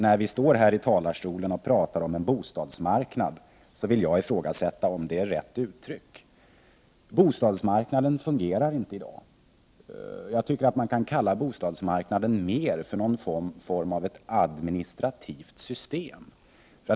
När det här i talarstolen talas om ”bostadsmarknad” vill jag ifrågasätta om det är rätt ord som används. Bostadsmarknaden fungerar inte i dag. Jag tycker att man i stället bör tala om någon form av administrativt system.